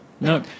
No